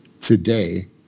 today